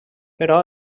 però